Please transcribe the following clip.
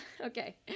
okay